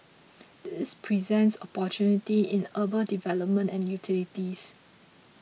this presents opportunities in urban development and utilities